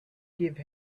give